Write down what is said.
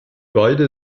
beide